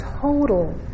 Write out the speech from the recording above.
total